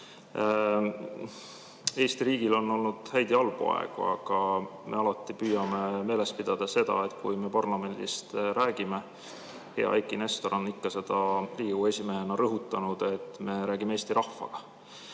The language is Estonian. Eesti riigil on olnud häid ja halbu aegu, aga me alati püüame meeles pidada seda, et kui me parlamendis räägime, hea Eiki Nestor on seda Riigikogu esimehena ikka rõhutanud, siis me räägime Eesti rahvaga.